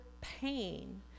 pain